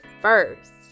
first